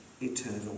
eternal